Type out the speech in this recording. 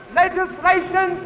legislation